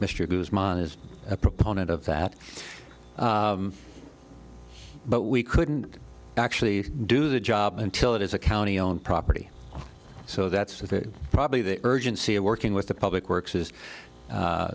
guzman is a proponent of that but we couldn't actually do the job until it is a county own property so that's probably the urgency of working with the public works is